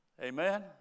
Amen